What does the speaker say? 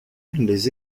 les